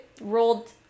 rolled